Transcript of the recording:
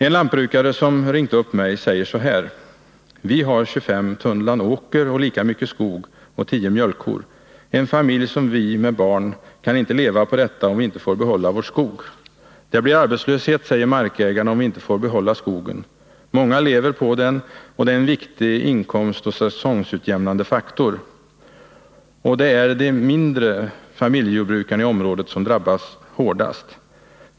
En lantbrukare som ringt upp mig säger så här: Vi har 25 tunnland åker och lika mycket skog och 10 mjölkkor — en familj som vi, med barn, kan inte leva på detta om vi inte får behålla vår skog. Det blir arbetslöshet, säger markägarna, om vi inte får behålla skogen. Många lever på den, och den är en viktig inkomstoch säsongsutjämnande faktor. Och det är de mindre familjejordbrukarna i området som drabbas hårdast.